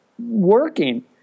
working